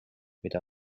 mida